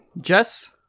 Jess